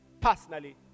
personally